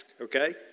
okay